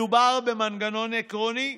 מדובר במנגנון עקרוני.